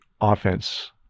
offense